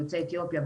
יוצאי אתיופיה,